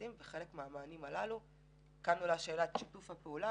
בסיכון נמצאים במחוז צפון